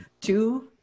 two